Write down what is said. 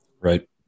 right